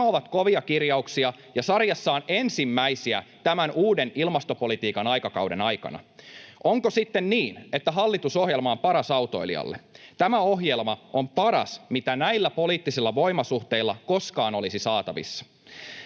Nämä ovat kovia kirjauksia ja sarjassaan ensimmäisiä tämän uuden ilmastopolitiikan aikakauden aikana. Onko sitten niin, että hallitusohjelma on paras autoilijalle? Tämä ohjelma on paras, mitä näillä poliittisilla voimasuhteilla koskaan olisi saatavissa.